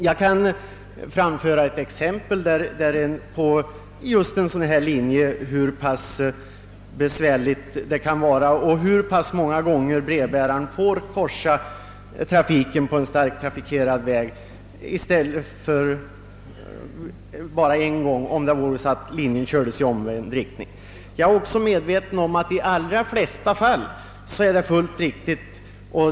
Jag kan ge ett exempel på hur pass besvärligt det kan vara på en brevbärarlinje och hur många gånger brevbäraren måste korsa trafiken på en starkt trafikerad väg. Han skulle endast behöva korsa vägen en gång om linjen kördes i motsatt riktning. Jag är också medveten om att det i de allra flesta fall är riktigt såsom det nu är.